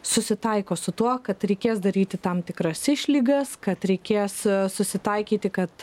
susitaiko su tuo kad reikės daryti tam tikras išlygas kad reikės susitaikyti kad